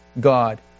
God